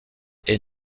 est